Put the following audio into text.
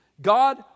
God